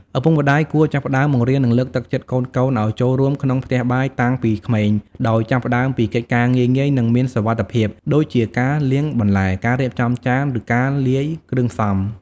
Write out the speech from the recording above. ឪពុកម្ដាយគួរចាប់ផ្ដើមបង្រៀន និងលើកទឹកចិត្តកូនៗឱ្យចូលរួមក្នុងផ្ទះបាយតាំងពីក្មេង ដោយចាប់ផ្ដើមពីកិច្ចការងាយៗ និងមានសុវត្ថិភាព ដូចជាការលាងបន្លែ ការរៀបចំចាន ឬការលាយគ្រឿងផ្សំ ។